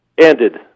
ended